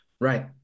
Right